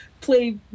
play